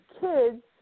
kids